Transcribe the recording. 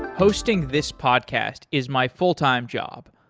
hosting this podcast is my full-time job,